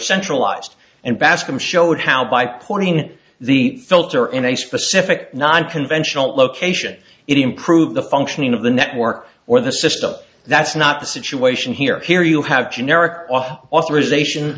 centralized and bascomb showed how by pointing the filter in a specific non conventional location it improve the functioning of the network or the system that's not the situation here here you have generic authorization